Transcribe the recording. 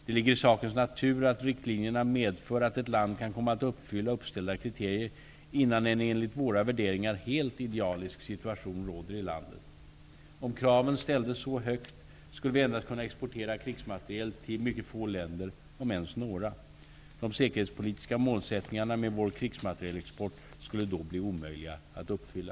Det ligger i sakens natur att riktlinjerna medför att ett land kan komma att uppfylla uppställda kriterier innan en enligt våra värderingar helt idealisk situation råder i landet. Om kraven ställdes så högt, skulle vi endast kunna exportera krigsmateriel till mycket få länder, om ens några. De säkerhetspolitiska målsättningarna med vår krigsmaterielexport skulle då bli omöjliga att uppfylla.